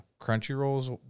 Crunchyroll's